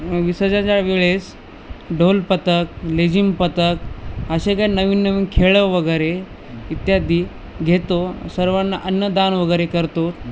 विसर्जनाच्या वेळेस ढोलपथक लेझिमपथक असे काही नवीन नवीन खेळवगैरे इत्यादी घेतो सर्वांना अन्नदानवगैरे करतो